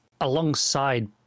alongside